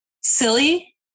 Silly